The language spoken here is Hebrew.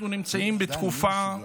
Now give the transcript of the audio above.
אנחנו נמצאים בתקופה,